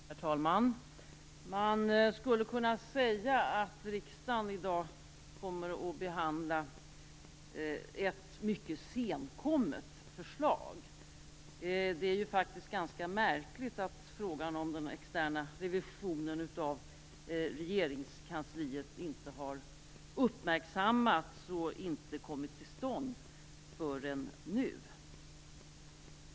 Herr talman! Man skulle kunna säga att riksdagen i dag kommer att behandla ett mycket senkommet förslag. Det är faktiskt ganska märkligt att frågan om den externa revisionen av Regeringskansliet inte har kommit till stånd förrän nu.